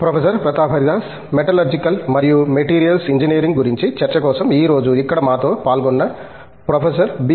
professor Pratap Haridas metallurgical మరియు materials engineering గురించి చర్చ కోసం ఈ రోజు ఇక్కడ మాతో పాలుగొన్న ప్రొఫెసర్ బి